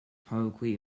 publicly